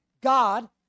God